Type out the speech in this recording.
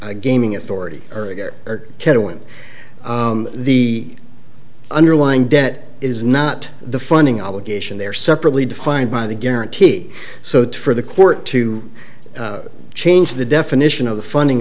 a gaming authority catalan the underlying debt is not the funding obligation there separately defined by the guarantee so for the court to change the definition of the funding